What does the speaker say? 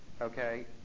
okay